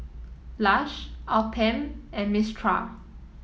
Lush Alpen and Mistral